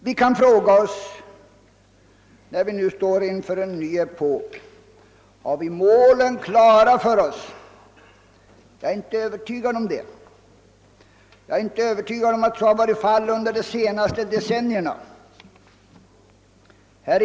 Vi kan fråga oss, när vi nu står inför en ny epok: Har vi målen klara för oss? Jag är inte övertygad om det, och jag är inte heller övertygad om att så har varit fallet under de senaste decennierna.